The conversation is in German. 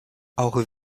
auch